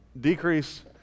Decrease